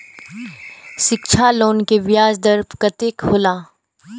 शिक्षा लोन के ब्याज दर कतेक हौला?